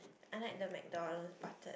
I like the McDonald's buttered